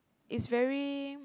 it's very